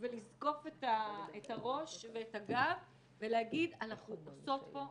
ולזקוף את הראש ואת הגב ולהגיד אנחנו עושות פה מהפכה.